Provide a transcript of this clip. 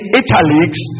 italics